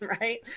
right